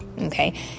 okay